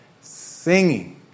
singing